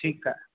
ठीकु आहे